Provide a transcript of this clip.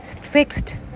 fixed